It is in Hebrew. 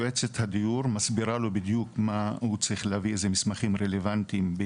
יועצת הדיור מסבירה לו בדיוק איזה מסמכים רלוונטיים הוא צריך להביא,